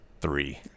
three